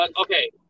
Okay